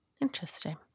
Interesting